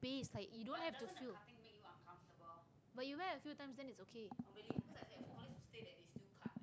base like you don't have to feel